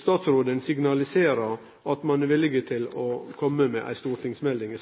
statsråden signaliserer at man er villig til å komme med en stortingsmelding i